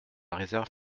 réserve